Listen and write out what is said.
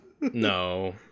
No